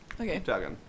Okay